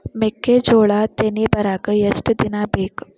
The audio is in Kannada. ಮೆಕ್ಕೆಜೋಳಾ ತೆನಿ ಬರಾಕ್ ಎಷ್ಟ ದಿನ ಬೇಕ್?